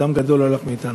אדם גדול הלך מאתנו,